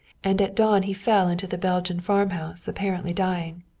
and at dawn he fell into the belgian farmhouse, apparently dying.